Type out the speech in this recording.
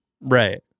Right